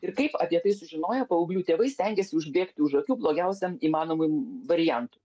ir kaip apie tai sužinoję paauglių tėvai stengiasi užbėgti už akių blogiausiam įmanomam variantui